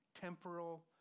temporal